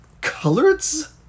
coloreds